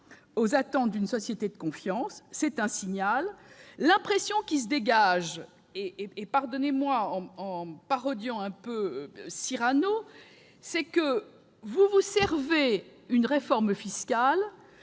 aux attentes d'une société de confiance. C'est un signal. L'impression qui se dégage, parodiant Cyrano, est que vous vous servez une réforme fiscale